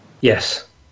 yes